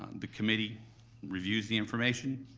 um the committee reviews the information,